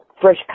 fresh